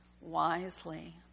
wisely